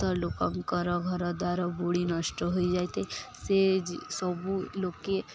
ତ ଲୋକଙ୍କର ଘରଦ୍ୱାର ବୁଡ଼ି ନଷ୍ଟ ହୋଇଯାଇଥାଏ ସେ ସବୁ ଲୋକେ